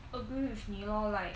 agree with 你 lor like